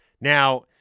Now